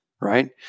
right